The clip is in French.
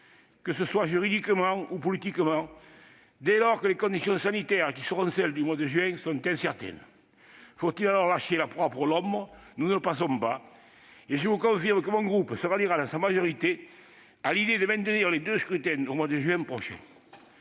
que ce soit juridiquement ou politiquement, dès lors que les conditions sanitaires qui seront celles du mois de juin prochain sont incertaines. Faut-il alors lâcher la proie pour l'ombre ? Nous ne le pensons pas, et je vous confirme que mon groupe se ralliera dans sa majorité à l'idée de maintenir les deux scrutins en juin prochain.